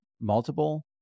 multiple